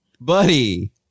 Buddy